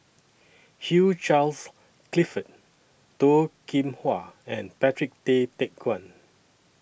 Hugh Charles Clifford Toh Kim Hwa and Patrick Tay Teck Guan